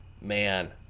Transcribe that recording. Man